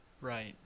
right